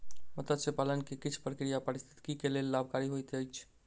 मत्स्य पालन के किछ प्रक्रिया पारिस्थितिकी के लेल लाभकारी होइत अछि